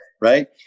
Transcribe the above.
right